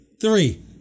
Three